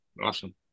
awesome